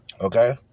okay